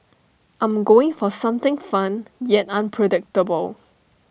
I'm going for something fun yet unpredictable